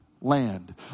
land